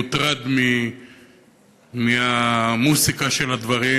מוטרד מהמוזיקה של הדברים,